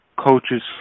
coaches